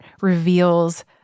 reveals